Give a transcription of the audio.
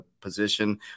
position